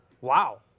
Wow